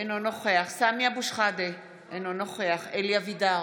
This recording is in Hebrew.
אינו נוכח סמי אבו שחאדה, אינו נוכח אלי אבידר,